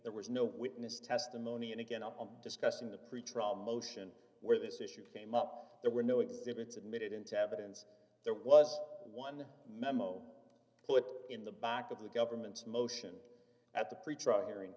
there was no witness testimony and again on discussing the pretrial motion where this issue came up there were no exhibits admitted into evidence there was d one memo put in the back of the government's motion at the pretrial hearing